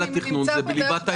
התכנון וזה בליבת העניין.